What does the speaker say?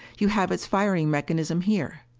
you have its firing mechanism here.